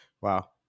Wow